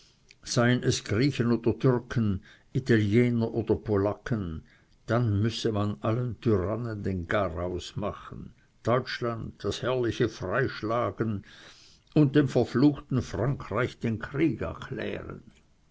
seien es griechen oder türken italiener oder polaken dann müsse man allen tyrannen den garaus machen deutschland das herrliche frei schlagen und dem verfluchten frankreich den krieg erklären